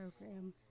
program